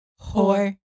whore